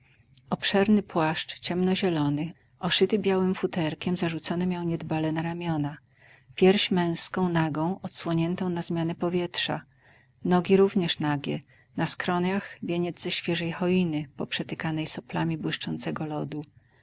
obszerny płaszcz ciemno zielony oszyty białem futerkiem zarzucony miał niedbale na ramiona pierś męską nagą odsłoniętą na zmiany powietrza nogi również nagie na skroniach wieniec ze świeżej choiny poprzetykanej soplami błyszczącego lodu